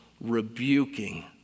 rebuking